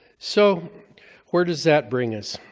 so where does that bring us?